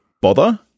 bother